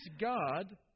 God